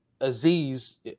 Aziz